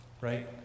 Right